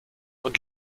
und